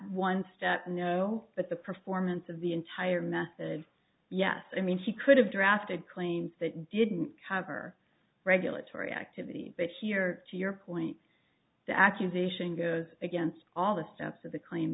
one step no but the performance of the entire method yes i mean she could have drafted claims that didn't cover regulatory activity but here to your point the accusation goes against all the steps of the claim